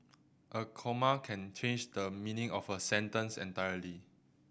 a comma can change the meaning of a sentence entirely